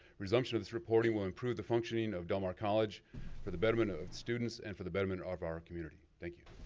resumption of this reporting will improve the functioning of del mar college for the betterment of the students and for the betterment of our community, thank you.